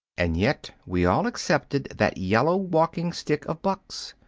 and yet we all accepted that yellow walking-stick of buck's.